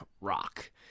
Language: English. rock